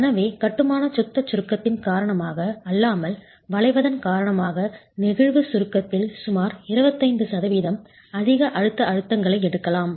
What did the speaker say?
எனவே கட்டுமான சுத்த சுருக்கத்தின் காரணமாக அல்லாமல் வளைவதன் காரணமாக நெகிழ்வு சுருக்கத்தில் சுமார் 25 சதவீதம் அதிக அழுத்த அழுத்தங்களை எடுக்கலாம்